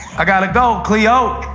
i've got to go, cleo.